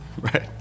Right